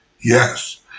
Yes